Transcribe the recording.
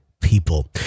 People